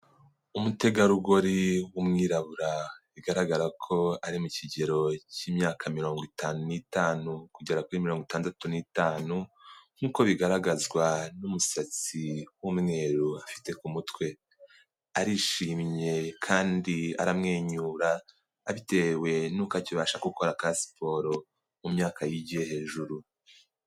Umutegarugori w'umwirabura bigaragara ko ari mu kigero cy'imyaka mirongo itanu n'itanu kugera kuri mirongo itandatu n'itanu nkuko bigaragazwa n'umusatsi w'umweru afite ku mutwe. Arishimye kandi aramwenyura abitewe nuko akibasha gukora ka siporo mu myaka yigiye hejuru.